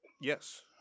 yes